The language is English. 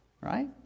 right